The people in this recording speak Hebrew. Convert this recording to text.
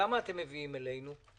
למה אתם מביאים אותם אלינו?